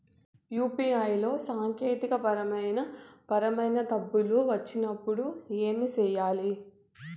UPI లో సాంకేతికపరమైన పరమైన తప్పులు వచ్చినప్పుడు ఏమి సేయాలి